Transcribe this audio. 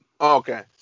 Okay